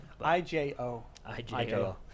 IJO